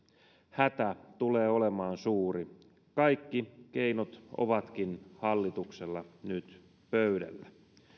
hätä tulee olemaan suuri kaikki keinot ovatkin hallituksella nyt pöydällä